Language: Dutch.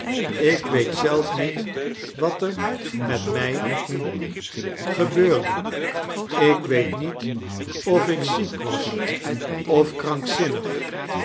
ik weet zelf niet wat er met mg ohables dickens gebeurde ik weet niet of ik ziek was of krankzinnig